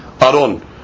aron